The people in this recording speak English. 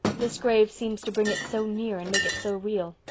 this grave seems to bring it so near and make it so real.